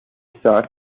الساعة